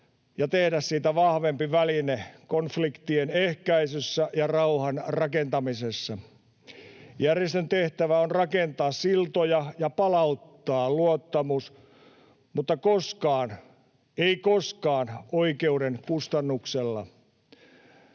ja tehdä siitä vahvemman välineen konfliktien ehkäisyssä ja rauhan rakentamisessa. Järjestön tehtävä on rakentaa siltoja ja palauttaa luottamus, mutta ei koskaan, koskaan, oikeuden kustannuksella.